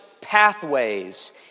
pathways